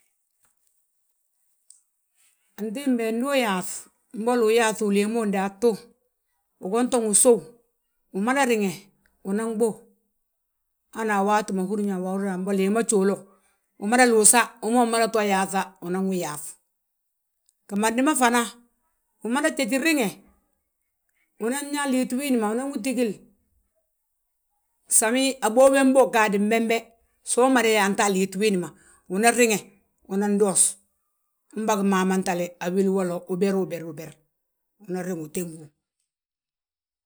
Antimbi he ndu uyaaŧ, mbolo uyaaŧu uléeyi ma daatu, ugonton usów. Umada riŋe, unan ɓuw, hana a waati ma húrin yaa mbol léeyi ma jolow; Umada luusa, wi ma umada to yaaŧa unan wu yaaŧ, gimandi ma fana, jéjin riŋe, unan yaa liiti wiindi ma, unan wi tigil. Sami abów wembe ugaadi bembe so umada yaanta a liiti wiindi ma. Unan riŋe, unan doos, umbagi mamantale a wili wolo, uber, uberi, uber.